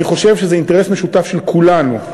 אני חושב שזה אינטרס משותף של כולנו,